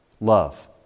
love